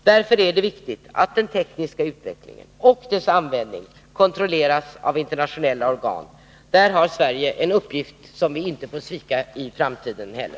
Därför är det viktigt att den tekniska utvecklingen och dess användning kontrolleras av internationella organ. Där har Sverige en uppgift som vi inte får svika i framtiden heller.